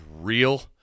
real